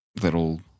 little